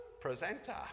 presenter